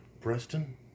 Preston